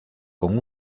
con